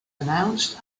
announced